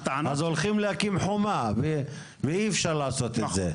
אז הולכים להקים חומה ואי אפשר לעשות את זה.